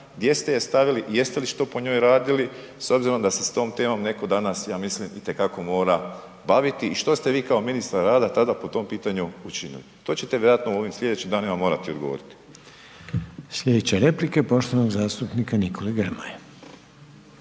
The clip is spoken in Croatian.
gdje ste je stavili i jeste li što po njoj radili s obzirom da se s tom temom netko danas, ja mislim i te kako mora baviti i što ste vi kao ministar rada tada po tom pitanju učinili? To ćete vjerojatno u ovim slijedećim danima morati odgovoriti. **Reiner, Željko (HDZ)** Slijedeća je replika poštovanog zastupnika Nikole Grmoje.